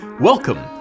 Welcome